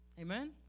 Amen